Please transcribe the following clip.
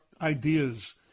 ideas